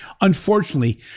Unfortunately